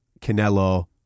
Canelo